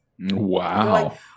wow